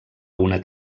una